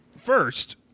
First